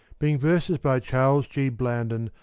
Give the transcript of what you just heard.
being verses by charles g. blanden,